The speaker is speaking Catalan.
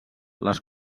les